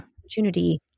opportunity